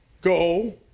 Go